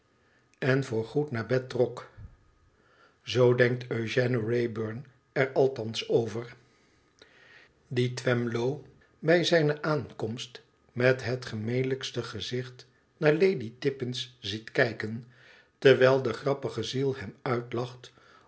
en voorgoed naar bed trok zoo denkt eugène wrayburn er althans over dien twemlow bij zijne aankomst met het gemelijkste gezicht naar lady tippins ziet kijken terwijl de grappige ziel hem uitlacht